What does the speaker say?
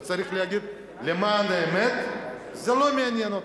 צריך להגיד: למען האמת, זה לא מעניין אותה.